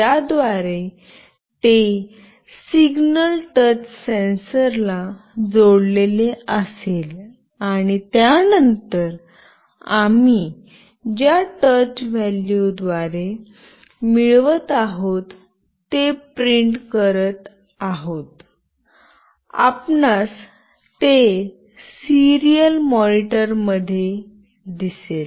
ज्या द्वारे ते सिग्नल टच सेन्सर ला जोडलेले असेल आणि त्यानंतर आम्ही ज्या टच व्हॅल्यूद्वारे मिळवत आहोत ते प्रिंट करीत आहोत आपणास ते सिरीयल मॉनिटर मध्ये दिसेल